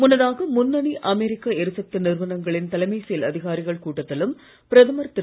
முன்னதாக முன்னணி அமெரிக்கா எரிசக்தி நிறுவனங்களின் தலைமை செயல் அதிகாரிகள் கூட்டத்திலும் பிரதமர் திரு